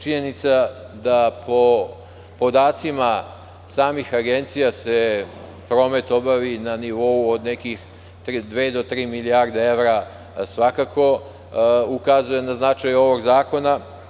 Činjenica da se, po podacima samih agencija, promet obavi na nivou od nekih dve do tri milijarde evra svakako ukazuje na značaj ovog zakona.